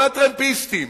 וכל הטרמפיסטים,